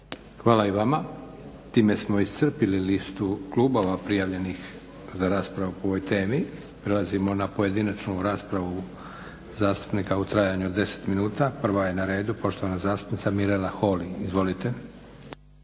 Hvala i vama. Time smo iscrpli listu klubova prijavljenih za raspravu po ovoj temi. Prelazimo na pojedinačnu raspravu zastupnika u trajanju od deset minuta. Prva je na redu poštovana zastupnica Mirela Holy. Izvolite.